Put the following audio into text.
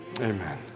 amen